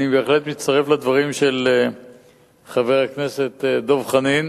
אני בהחלט מצטרף לדברים של חבר הכנסת דב חנין